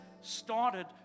started